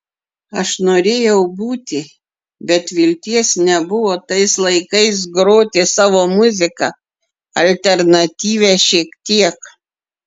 aš norėjau būti bet vilties nebuvo tais laikais groti savo muziką alternatyvią šiek tiek